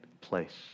place